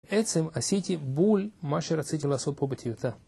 בעצם עשיתי בול מה שרציתי לעשות פה בטיוטה.